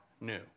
new